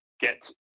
get